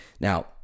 Now